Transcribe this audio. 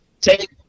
Take